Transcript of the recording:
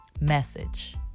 message